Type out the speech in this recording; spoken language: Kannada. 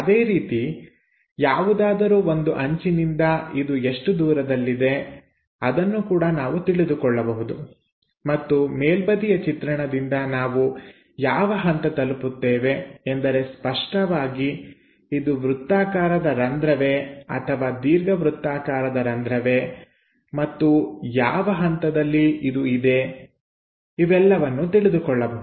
ಅದೇ ರೀತಿ ಯಾವುದಾದರೂ ಒಂದು ಅಂಚಿನಿಂದ ಇದು ಎಷ್ಟು ದೂರದಲ್ಲಿದೆ ಅದನ್ನು ಕೂಡ ನಾವು ತಿಳಿದುಕೊಳ್ಳಬಹುದು ಮತ್ತು ಮೇಲ್ಬದಿಯ ಚಿತ್ರಣದಿಂದ ನಾವು ಯಾವ ಹಂತ ತಲುಪುತ್ತೇವೆ ಎಂದರೆ ಸ್ಪಷ್ಟವಾಗಿ ಇದು ವೃತ್ತಾಕಾರದ ರಂಧ್ರವೇ ಅಥವಾ ದೀರ್ಘವೃತ್ತಾಕಾರದ ರಂಧ್ರವೇ ಮತ್ತು ಯಾವ ಹಂತದಲ್ಲಿ ಇದು ಇದೆ ಇವೆಲ್ಲವನ್ನು ತಿಳಿದುಕೊಳ್ಳಬಹುದು